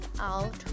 out